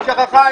היא שכחה,